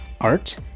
Art